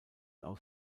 aus